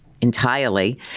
entirely